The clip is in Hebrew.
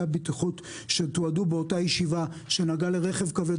הבטיחות שתועדו באותה ישיבה שנגעה לרכב כבד,